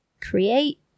create